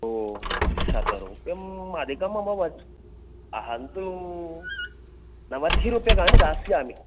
हो शतरूप्यम् अधिकम् अभवत् अहं तु नवति रूप्यकाणि दास्यामि